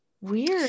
weird